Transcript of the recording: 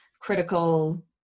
critical